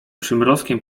przymrozkiem